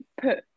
put